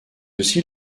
aussi